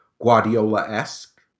Guardiola-esque